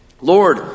Lord